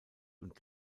und